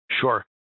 Sure